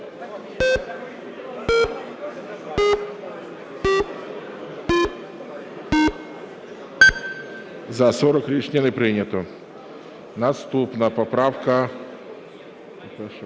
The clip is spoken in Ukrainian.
За-40 Рішення не прийнято. Наступна поправка